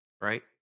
right